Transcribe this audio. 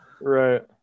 right